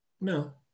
No